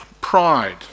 pride